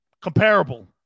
Comparable